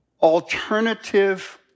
alternative